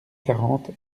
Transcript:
quarante